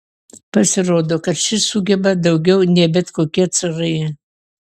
pasirodo kad šis sugeba daugiau nei bet kokie carai